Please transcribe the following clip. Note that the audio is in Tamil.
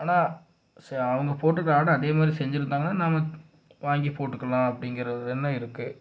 ஆனால் சரி அவங்க போட்டிருக்க ஆடை அதே மாதிரி செஞ்சுருந்தாங்கன்னா நாம் வாங்கி போட்டுக்கலாம் அப்படிங்கிற ஒரு எண்ணம் இருக்குது